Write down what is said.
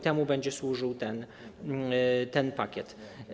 Temu będzie służył ten pakiet.